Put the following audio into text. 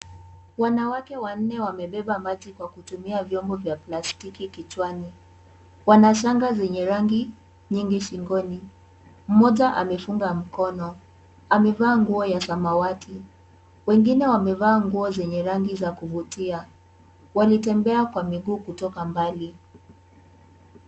Wanawake wanne wamebeba maji kwa kutumia vyombo vya plastiki kichwani. Wana shanga zenye rangi nyingi shingoni. Mmoja amefunga mkono. Amevaa nguo ya samawati. Wengine wamevaa nguo zenye rangi za kuvutia. Walitembea kwa miguu kutoka mbali.